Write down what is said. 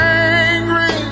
angry